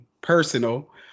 personal